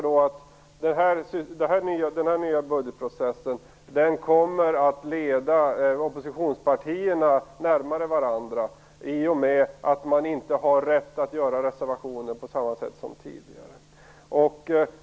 Den här nya budgetprocessen kommer, menar jag, att föra oppositionspartierna närmare varandra i och med att man inte har rätt att framställa reservationer på samma sätt som tidigare.